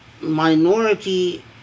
minority